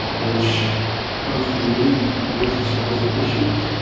which pose unique waste disposal issues.